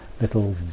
little